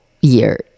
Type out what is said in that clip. year